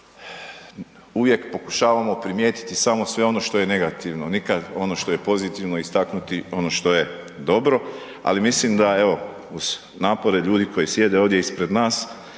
uvijek pokušavamo primijetiti samo sve ono što je negativno, nikad ono što je pozitivno istaknuti, ono što je dobro, ali mislim da evo uz napore ljudi koji sjede ovdje ispred nas,